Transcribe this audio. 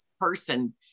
person